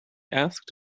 asked